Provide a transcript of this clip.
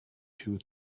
two